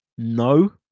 No